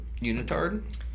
unitard